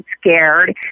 scared